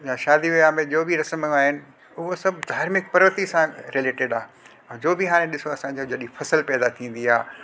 या शादी वियांव में जो बि रसमूं आहिनि उहो सभु धार्मिक प्रवृति सां रिलेटिड आहे जो बि हाणे ॾिसो असांजो जॾहिं फसल पैदा थींदी आहे